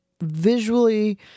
visually